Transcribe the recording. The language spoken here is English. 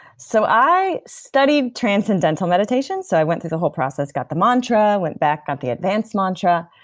so i studied transcendental meditation, so i went through the whole process, got the mantra, went back, got the advanced mantra,